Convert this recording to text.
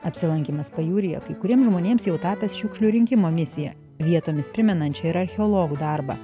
apsilankymas pajūryje kai kuriems žmonėms jau tapęs šiukšlių rinkimo misija vietomis primenančia ir archeologų darbą